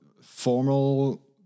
formal